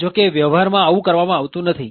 જો કે વ્યવહારમાં આવું કરવામાં આવતું નથી